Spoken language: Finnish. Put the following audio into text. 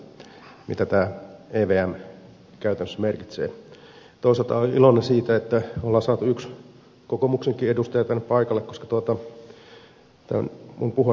toisaalta olen iloinen siitä että olemme saaneet yhden kokoomuksenkin edustajan tänne paikalle koska minun puheeni on rakennettu vähän sen varaan